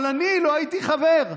אבל אני לא הייתי חבר.